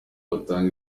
batanga